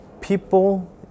people